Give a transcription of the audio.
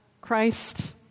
Christ